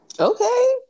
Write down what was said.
okay